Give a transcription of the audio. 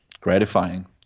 gratifying